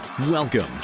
welcome